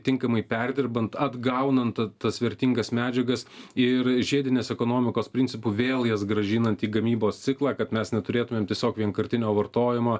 tinkamai perdirbant atgaunant tas vertingas medžiagas ir žiedinės ekonomikos principu vėl jas grąžinant į gamybos ciklą kad mes neturėtumėm tiesiog vienkartinio vartojimo